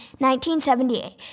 1978